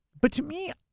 but to me,